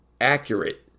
accurate